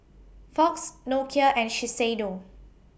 Fox Nokia and Shiseido